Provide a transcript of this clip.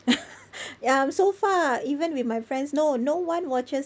ya I'm so far even with my friends no no one watches